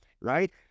Right